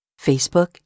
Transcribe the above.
Facebook